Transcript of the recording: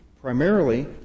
primarily